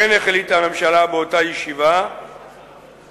כן החליטה הממשלה באותה ישיבה כדלקמן: